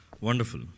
Wonderful